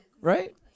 Right